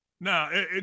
Now